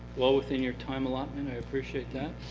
well within your time allotment. i appreciate that.